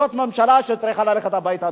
זאת ממשלה שצריכה ללכת הביתה,